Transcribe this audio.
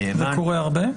זה קורה הרבה?